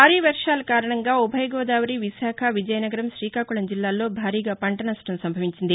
భారీ వర్షాల కారణంగా ఉభయ గోదావరి విశాఖ విజయనగరం శ్రీకాకుళం జిల్లాల్లో భారీగా పంట నష్టం సంభవించింది